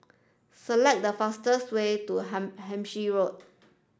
select the fastest way to Hampshire Road